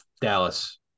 Dallas